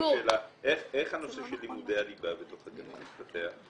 איך הנושא של לימודי הליבה בתוך הגנים מתפתח?